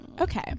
okay